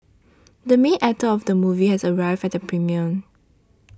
the main actor of the movie has arrived at the premiere